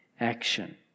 action